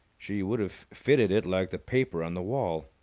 she would have fitted it like the paper on the wall.